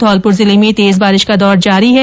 धौलपुर जिले में तेज बारिश का दौर जारी है